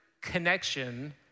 connection